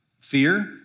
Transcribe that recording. fear